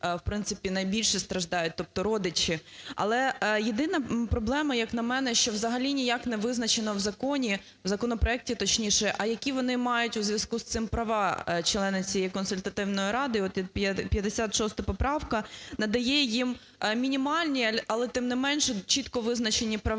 в принципі, найбільше страждають, тобто родичі. Але єдина проблема, як на мене, що взагалі ніяк не визначено в законі, в законопроекті, точніше, а які вони мають у зв'язку з цим права, члени цієї Консультативної ради. От 56 поправка надає їм мінімальні, але, тим не менше, чітко визначені права